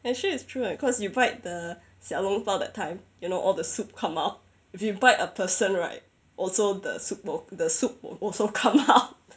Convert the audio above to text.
actually it's true eh cause you bite the 小笼包 that time you know all the soup come out if you bite a person right also the soup will the soup will also come out